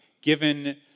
given